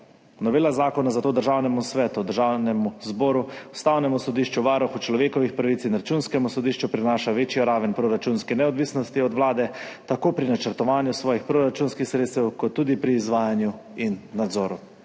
Novela zakona, zato Državnemu svetu, Državnemu zboru, Ustavnemu sodišču, Varuhu človekovih pravic in Računskemu sodišču prinaša večjo raven proračunske neodvisnosti od Vlade tako pri načrtovanju svojih proračunskih sredstev kot tudi pri izvajanju in nadzoru.